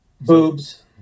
Boobs